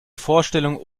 vorstellung